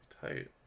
Tight